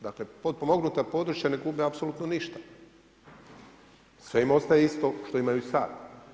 Dakle, potpomognuta područja ne gube apsolutno ništa, sve im ostaje isto što imaju i sad.